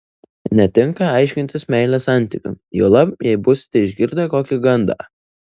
netinka aiškintis meilės santykių juolab jei būsite išgirdę kokį gandą